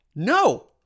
No